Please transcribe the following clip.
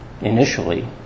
initially